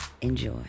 enjoy